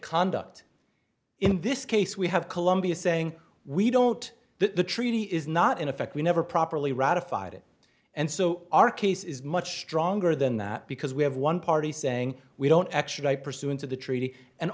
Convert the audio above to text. conduct in this case we have columbia saying we don't that the treaty is not in effect we never properly ratified it and so our case is much stronger than that because we have one party saying we don't extradite pursuant to the treaty and